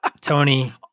Tony